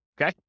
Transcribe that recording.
Okay